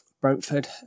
Brentford